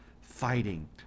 fighting